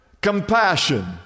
Compassion